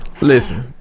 Listen